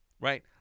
right